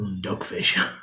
Dogfish